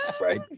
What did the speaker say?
Right